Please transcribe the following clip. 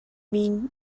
mean